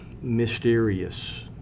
mysterious